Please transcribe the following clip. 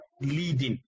leading